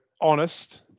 honest